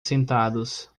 sentados